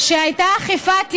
שהייתה אכיפת יתר,